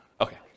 Okay